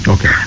Okay